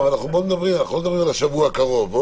אנחנו לא מדברים על השבוע הקרוב.